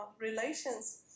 relations